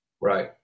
Right